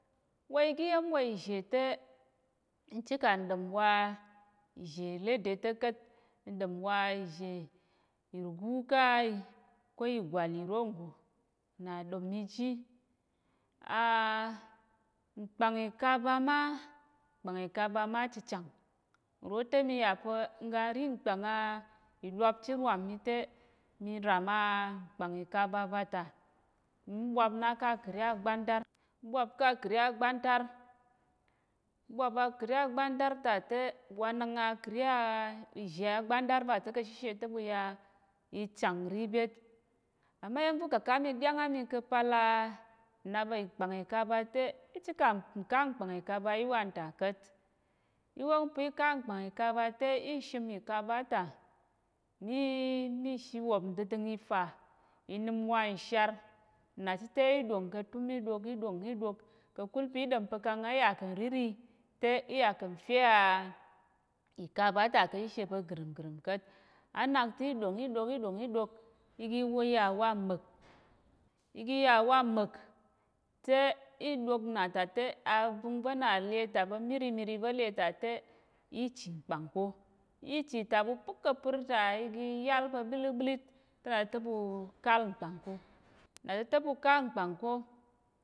Wa igi ya̱m wa ìzhe te, n chika nɗəm wa ìzhe ìlede ta̱ ka̱t. Nɗəm wa ìzhe ìrugu ká̱ ko ìgwalì ro nggo, na ɗom mi ji. nkpàng ìkaba ma, nkpàng ìkaba ma chichang. Nro te mi yà pa̱ n ga n rí ìlwap chit rwam mi te, mi ram nkpàng ìkaba va ta, ḿ ɓwap na ká̱ akəri agbantar, ɓwap ká̱ akəri agbantar, ɓwap akəri agbantar ta te wa nak akəri ìzhe agbantar va ta̱ ka̱ shishe te ɓu ya i chàng nrí byét. Àma iya̱m va̱ ukaká mi ɗyáng á mi ka̱ pal a nnap nkpang ìkaba te, í chika nká nkpang ìkaba yi wanta ka̱t. I wong pa̱ í ká nkpang ìkaba te í shim ìkaba ta, mi, mi shi wòp ndədəng ifa, i nəm wa nshar, nna chit te, í ɗòng ka̱ túm, í ɗok, í ɗòng í ɗok ka̱kul pa̱ í ɗom kang á yà kà̱ nríri te, í yà kà̱ nfe a, ìkaba ta ka̱ shishe pa̱ gərəmgərəm ka̱t, á nak te, í ɗòng, í ɗok, í ɗòng, í ɗok, i gi i yà wa mma̱k, i gi yà wa mma̱k, te í ɗok na ta te, a vəngva̱ na le ta pa̱ mírimíri va̱ le ta te, í chì mkpàng ko, í chì ta ɓu pə́k ka̱ pər i gi yál pa̱ ɓiliɓilit, te na chi te ɓu kál mkpàng ko, na chi te ɓu ká mkpàng ko.